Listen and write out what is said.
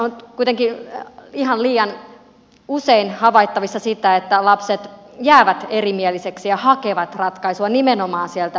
on kuitenkin ihan liian usein havaittavissa sitä että vanhemmat jäävät erimielisiksi ja hakevat ratkaisua nimenomaan sieltä tuomioistuimesta